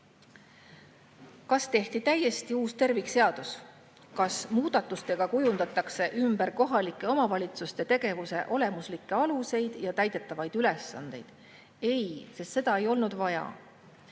tehti täiesti uus tervikseadus? Kas muudatustega kujundatakse ümber kohalike omavalitsuste tegevuse olemuslikke aluseid ja täidetavaid ülesandeid? Ei, sest seda ei olnud vaja.